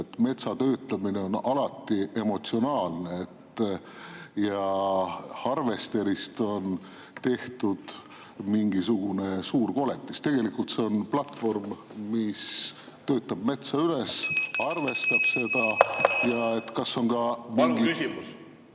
Metsatöötlemine on alati emotsionaalne ja harvesterist on tehtud mingisugune suur koletis. Tegelikult on see platvorm, mis töötab metsa üles, harvendab seda. (Juhataja helistab